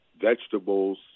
vegetables